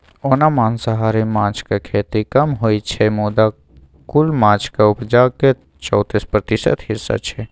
ओना मांसाहारी माछक खेती कम होइ छै मुदा कुल माछक उपजाक चौतीस प्रतिशत हिस्सा छै